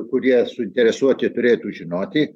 kurie suinteresuoti turėtų žinoti